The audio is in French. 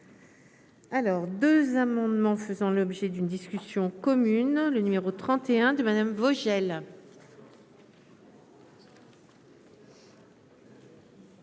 Alors 2 amendements feu. Dans l'objet d'une discussion commune le numéro 31 de madame Vogel.